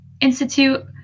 Institute